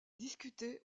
discuté